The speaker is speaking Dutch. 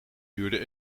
duurde